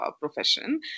profession